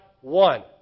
one